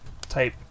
type